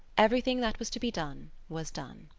everything that was to be done was done.